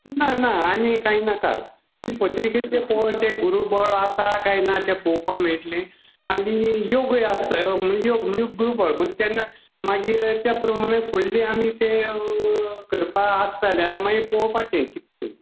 ना ना आनी कांय नाका ती पत्रिकेचे पळोवचे गुरू बळ आसा काय ना तें पोवपा मेळटले आनी योगूय आसता म्हणजे योग म्हण गुरू बळ म्हण तेन्ना मागीर त्या प्रमाणे फुडले आमी ते करपा आसत जाल्यार मागीर पोवपाचें कितलें